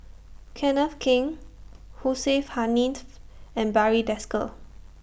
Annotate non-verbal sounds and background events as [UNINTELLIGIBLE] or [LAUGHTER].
Kenneth Keng Hussein [UNINTELLIGIBLE] and Barry Desker